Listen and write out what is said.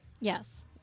Yes